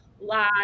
live